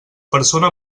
persona